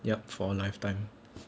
yup for a lifetime